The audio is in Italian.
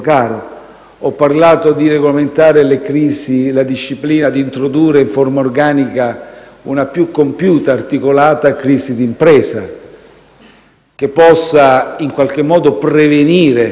ho parlato di regolamentare le crisi e di introdurre in forma organica una più compiuta e articolata crisi di impresa, che possa, in qualche modo, prevenire